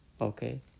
okay